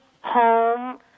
home